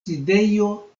sidejo